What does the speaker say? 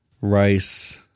Rice